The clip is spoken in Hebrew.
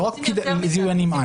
לא רק זיהוי הנמען.